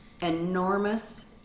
enormous